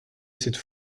cette